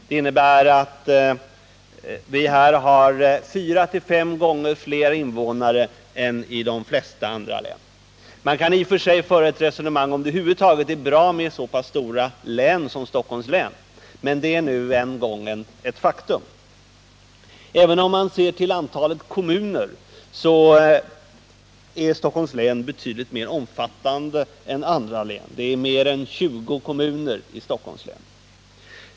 Det innebär att vi här har fyra fem gånger fler invånare än man har i de flesta andra län. I och för sig kan det diskuteras om det över huvud taget är bra med så stora län som Stockholms län, men det är nu en gång ett faktum. Även om man ser till antalet kommuner är Stockholms län betydligt mer omfattande än andra län — det finns mer än 20 kommuner i Stockholms län.